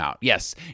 Yes